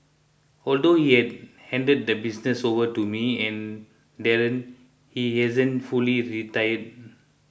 although he has handed the business over to me and Darren he hasn't fully retired